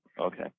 Okay